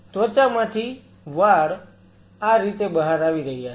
ત્વચામાંથી વાળ આ રીતે બહાર આવી રહ્યા છે